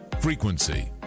frequency